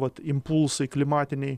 vat impulsai klimatiniai